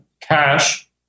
cash